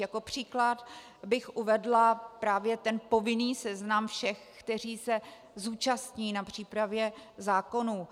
Jako příklad bych uvedla právě povinný seznam všech, kteří se zúčastní na přípravě zákonů.